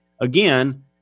again